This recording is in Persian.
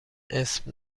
اسم